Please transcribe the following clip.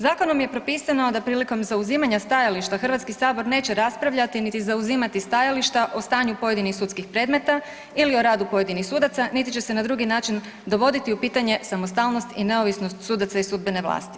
Zakonom je propisano da prilikom zauzimanja stajališta Hrvatski sabor neće raspravljati niti zauzimati stajališta o stanju pojedinih sudskih predmeta ili o radu pojedinih sudaca niti će se na drugi način dovoditi u pitanje samostalnost i neovisnost sudaca i sudbene vlasti.